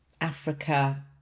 Africa